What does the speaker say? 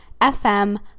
FM